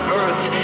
earth